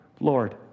Lord